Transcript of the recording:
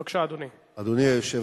בבקשה, אדוני.